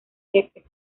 jefe